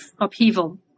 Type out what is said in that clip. upheaval